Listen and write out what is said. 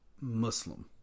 Muslim